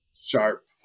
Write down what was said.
Sharp